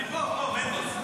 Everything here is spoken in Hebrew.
אני פה.